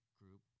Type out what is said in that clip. group